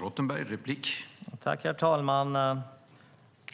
Herr talman!